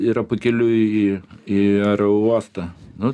yra pakeliui į aerouostą nu